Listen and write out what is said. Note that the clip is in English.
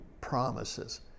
promises